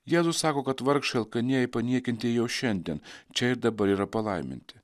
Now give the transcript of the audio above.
jėzus sako kad vargšai alkanieji paniekinti jau šiandien čia ir dabar yra palaiminti